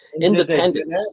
Independent